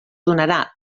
donarà